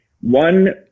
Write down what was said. one